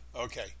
Okay